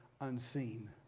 unseen